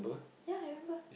ya I remember